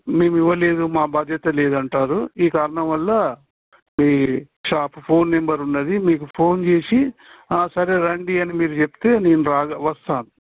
మేము ఇవ్వ లేదు మా బాధ్యత లేదంటారు ఈ కారణం వల్ల మీ షాప్ ఫోన్ నెంబర్ ఉన్నది మీకు ఫోన్ చేసి సరే రండి అని మీరు చెప్తే నేను రాగ వస్తాను